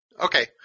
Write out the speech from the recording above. Okay